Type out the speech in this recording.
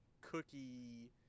cookie